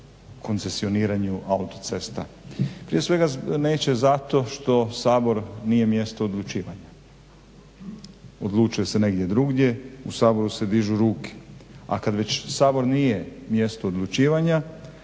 koncesioniranju autocesta. Prije svega neće zato što Sabor nije mjesto odlučivanja. Odlučuje se negdje drugdje. U Saboru se dižu ruke, a kad već Sabor nije mjesto odlučivanja